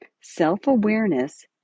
Self-awareness